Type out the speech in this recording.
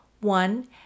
one